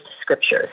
scriptures